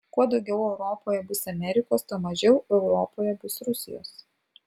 kuo daugiau europoje bus amerikos tuo mažiau europoje bus rusijos